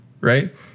right